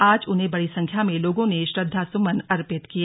आज उन्हें बड़ी संख्या में लोगों ने श्रद्धासुमन अर्पित किए